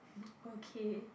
okay